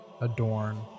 adorn